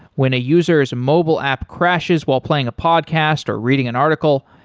when a user s mobile app crashes while playing a podcast, or reading an article,